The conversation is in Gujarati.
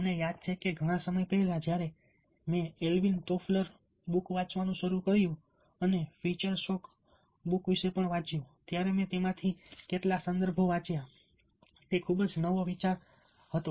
મને યાદ છે કે ઘણા સમય પહેલા જ્યારે મેં એલ્વિન ટોફલર વાંચવાનું શરૂ કર્યું અને ફીચર શોક વિશે વાંચ્યું ત્યારે મેં તેમાંથી કેટલાક સંદર્ભ વાંચ્યા તે ખૂબ જ નવો વિચાર હતો